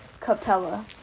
Capella